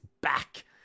back